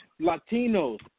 Latinos